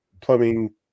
plumbing